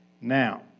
Now